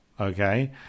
Okay